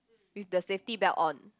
with the safety belt on